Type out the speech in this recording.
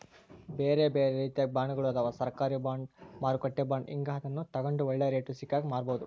ಬೇರೆಬೇರೆ ರೀತಿಗ ಬಾಂಡ್ಗಳು ಅದವ, ಸರ್ಕಾರ ಬಾಂಡ್, ಮಾರುಕಟ್ಟೆ ಬಾಂಡ್ ಹೀಂಗ, ಅದನ್ನು ತಗಂಡು ಒಳ್ಳೆ ರೇಟು ಸಿಕ್ಕಾಗ ಮಾರಬೋದು